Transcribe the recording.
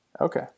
Okay